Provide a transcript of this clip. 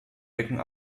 ecken